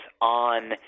on